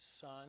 son